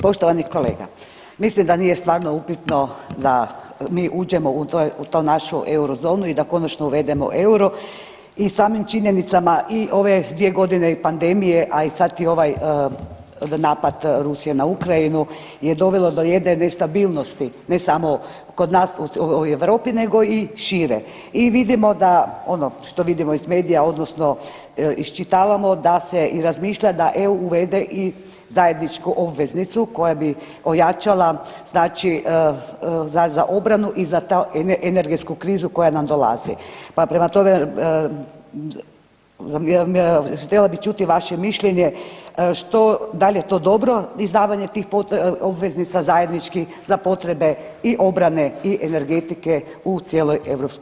Poštovani kolega, mislim da nije stvarno upitno da mi uđemo u tu našu eurozonu i da konačno uvedemo euro i samim činjenicama i ove 2.g. i pandemije, a i sad i ovaj napad Rusije na Ukrajinu je dovelo do jedne nestabilnosti ne samo kod nas u Europi nego i šire i vidimo da ono što vidimo iz medija odnosno iščitavamo da se i razmišlja da EU uvede i zajedničku obveznicu koja bi ojačala znači za, za obranu i za tu energetsku krizu koja nam dolazi, pa prema tome htjela bi čuti vaše mišljenje što, da li je to dobro izdavanje tih obveznica zajedničkih za potrebe i obrane i energetike u cijeloj EU?